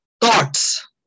thoughts